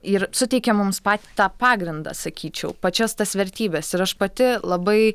ir suteikia mums patį tą pagrindą sakyčiau pačias tas vertybes ir aš pati labai